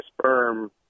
sperm